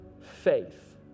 faith